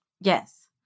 Yes